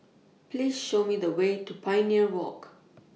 Please Show Me The Way to Pioneer Walk